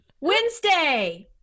Wednesday